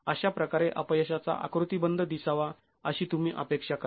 अशा प्रकारे अपयशाचा आकृतीबंध दिसावा अशी तुम्ही अपेक्षा करा